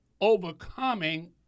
overcoming